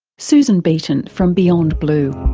susan beaton, from beyond blue.